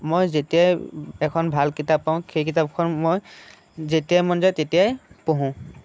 মই যেতিয়াই এখন ভাল কিতাপ পাওঁ সেই কিতাপখন মই যেতিয়াই মন যায় তেতিয়াই পঢ়োঁ